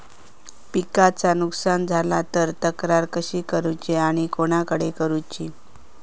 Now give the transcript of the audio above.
पिकाचा नुकसान झाला तर तक्रार कशी करूची आणि कोणाकडे करुची?